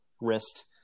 wrist